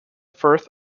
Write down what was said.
firth